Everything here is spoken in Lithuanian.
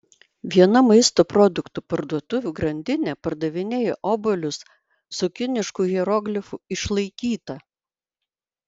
viena maisto produktų parduotuvių grandinė pardavinėja obuolius su kinišku hieroglifu išlaikyta